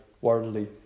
worldly